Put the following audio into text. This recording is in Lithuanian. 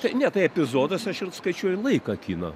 tai ne tai epizodas aš skaičiuoju laiką kino